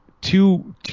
two